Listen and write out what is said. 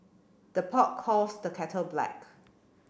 the pot calls the kettle black